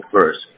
first